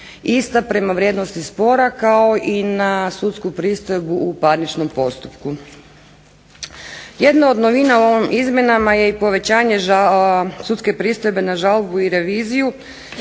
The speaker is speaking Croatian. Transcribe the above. ista prema vrijednosti spora kao i na sudsku pristojbu u parničnom postupku. Jedna od novina u ovim izmjenama je povećanje sudske pristojbe na žalbu i reviziju